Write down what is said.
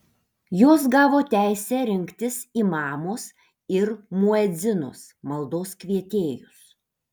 jos gavo teisę rinktis imamus ir muedzinus maldos kvietėjus